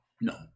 No